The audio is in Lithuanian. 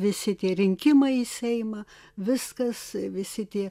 visi tie rinkimai į seimą viskas visi tie